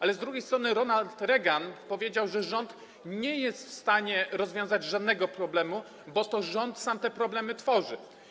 Ale z drugiej strony Ronald Reagan powiedział, że rząd nie jest w stanie rozwiązać żadnego problemu, bo to rząd sam te problemy tworzy.